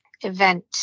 event